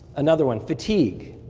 another one, fatigue.